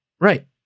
Right